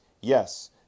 yes